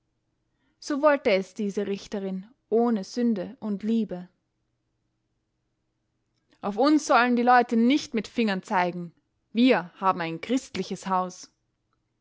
so wollte es diese richterin ohne sünde und liebe auf uns sollen die leute nicht mit fingern zeigen wir haben ein christliches haus